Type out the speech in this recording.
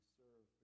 serve